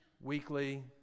weekly